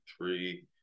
three